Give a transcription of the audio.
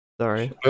Sorry